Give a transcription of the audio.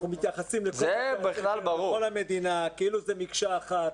אנחנו מתייחסים לכל מקום אותו דבר בכל המדינה כאילו זה מקשה אחת.